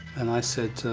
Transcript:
and i said to